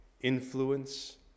influence